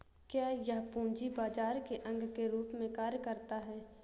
क्या यह पूंजी बाजार के अंग के रूप में कार्य करता है?